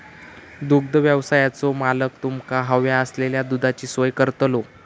दुग्धव्यवसायाचो मालक तुमका हव्या असलेल्या दुधाची सोय करतलो